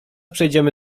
przejdziemy